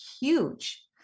huge